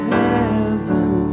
heaven